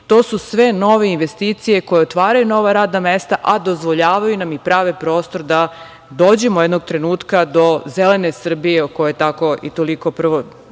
To su sve nove investicije koje otvaraju nova radna mesta, a dozvoljavaju nam i prave prostor da dođemo jednog trenutka do zelene Srbije o kojoj prvo